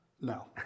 No